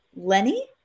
Lenny